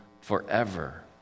forever